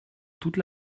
toute